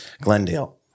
Glendale